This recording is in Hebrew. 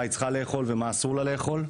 מה היא צריכה לאכול ומה אסור לה לאכול.